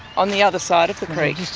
on the other side of the creek?